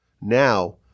Now